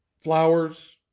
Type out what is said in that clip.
flowers